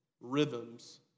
rhythms